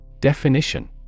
Definition